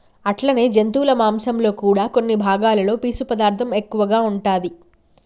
అట్లనే జంతువుల మాంసంలో కూడా కొన్ని భాగాలలో పీసు పదార్థం ఎక్కువగా ఉంటాది